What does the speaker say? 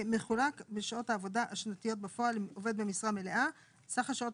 מחולק בשעות העבודה השנתיות בפועל לעובד במשרה מלאה (סך השעות